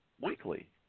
weekly